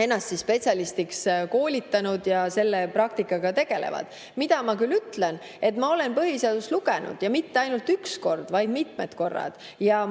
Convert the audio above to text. ennast spetsialistiks koolitanud ja selle ala praktikaga tegelevad. Küll aga ütlen ma, et olen põhiseadust lugenud ja mitte ainult üks kord, vaid mitmed korrad.